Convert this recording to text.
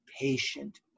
patient